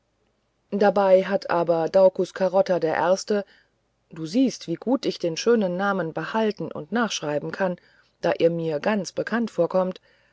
dabei hat aber daucus carota der erste du siehst wie gut ich den schönen namen behalten und nachschreiben kann da er mir ganz bekannt vorkommt